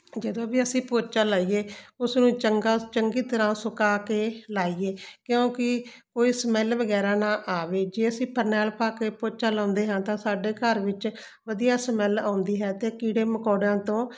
ਜਦੋਂ ਵੀ ਅਸੀਂ ਪੋਚਾ ਲਾਈਏ ਉਸ ਨੂੰ ਚੰਗਾ ਚੰਗੀ ਤਰ੍ਹਾਂ ਸੁਕਾ ਕੇ ਲਾਈਏ ਕਿਉਂਕਿ ਕੋਈ ਸਮੈਲ ਵਗੈਰਾ ਨਾ ਆਵੇ ਜੇ ਅਸੀਂ ਫਰਨੈਲ ਪਾ ਕੇ ਪੋਚਾ ਲਾਉਂਦੇ ਹਾਂ ਤਾਂ ਸਾਡੇ ਘਰ ਵਿੱਚ ਵਧੀਆ ਸਮੈਲ ਆਉਂਦੀ ਹੈ ਅਤੇ ਕੀੜੇ ਮਕੌੜਿਆਂ ਤੋਂ